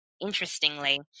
interestingly